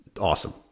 awesome